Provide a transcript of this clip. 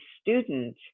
student